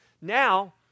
now